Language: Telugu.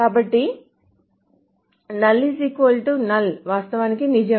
కాబట్టి నల్ నల్ వాస్తవానికి నిజం